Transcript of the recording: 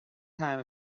time